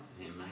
Amen